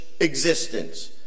existence